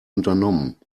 unternommen